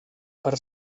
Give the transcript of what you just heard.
per